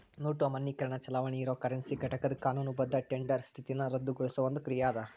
note ಅಮಾನ್ಯೇಕರಣ ಚಲಾವಣಿ ಇರೊ ಕರೆನ್ಸಿ ಘಟಕದ್ ಕಾನೂನುಬದ್ಧ ಟೆಂಡರ್ ಸ್ಥಿತಿನ ರದ್ದುಗೊಳಿಸೊ ಒಂದ್ ಕ್ರಿಯಾ ಅದ